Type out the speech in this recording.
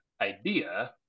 idea